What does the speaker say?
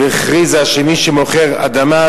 והכריזה שמי שמוכר אדמה,